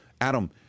Adam